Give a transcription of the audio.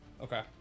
Okay